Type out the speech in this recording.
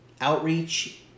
outreach